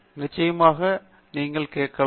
நிச்சயமாக நாங்கள் கேட்கலாம்